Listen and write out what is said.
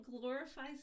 glorifies